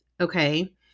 okay